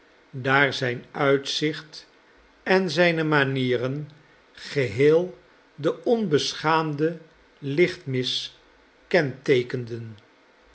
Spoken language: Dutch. daar zijn uitzicht en zijne manieren geheel den onbeschaamden lichtmis